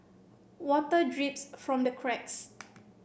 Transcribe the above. water drips from the cracks